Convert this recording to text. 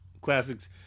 classics